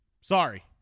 Sorry